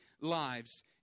lives